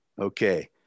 Okay